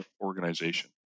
organization